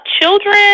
children